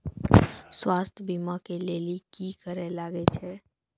स्वास्थ्य बीमा के लेली की करे लागे छै?